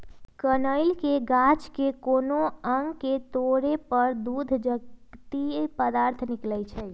कनइल के गाछ के कोनो अङग के तोरे पर दूध जकति पदार्थ निकलइ छै